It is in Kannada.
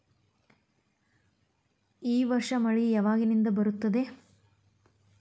ಈ ವರ್ಷ ಮಳಿ ಯಾವಾಗಿನಿಂದ ಬರುತ್ತದೆ?